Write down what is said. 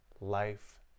life